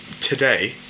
today